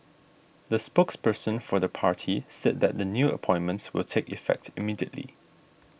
the spokesperson for the party said that the new appointments will take effect immediately